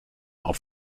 auf